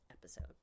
episode